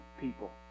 people